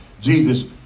Jesus